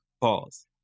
Pause